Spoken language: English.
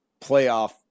playoff